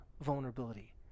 vulnerability